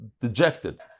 dejected